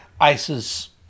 ISIS